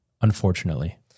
Unfortunately